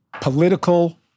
Political